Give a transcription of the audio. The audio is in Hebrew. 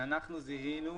שאנחנו זיהינו,